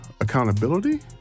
accountability